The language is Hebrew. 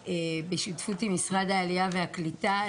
בשותפות עם משרד העלייה והקליטה,